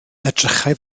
edrychai